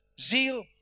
zeal